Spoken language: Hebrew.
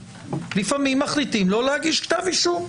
לפעמים מחליטים לא להגיש כתב אישום,